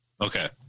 Okay